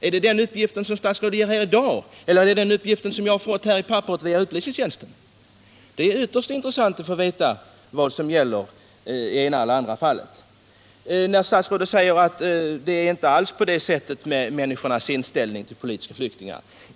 Är det den uppgift som statsrådet lämnar här i dag, eller är det den uppgift jag fått via upplysningstjänsten? Det är ytterst intressant att få veta vad som gäller i ena och andra fallet. Statsrådet säger att människorna inte alls har den av mig påstådda inställningen till politiska flyktingar.